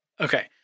Okay